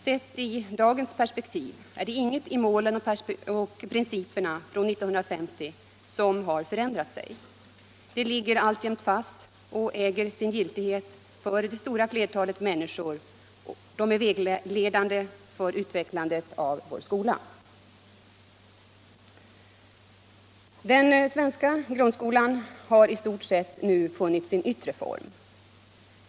Sett i dagens perspektiv är det inget i målen och principerna från 1950 som har förändrats. Dessa ligger alltjämt fast och äger sin giltighet för det stora flertalet människor. De är vägledande för utvecklandet av vår skola. Den svenska grundskolan har i stort sett funnit sin yttre form.